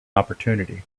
opportunity